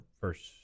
first